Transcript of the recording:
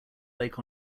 lake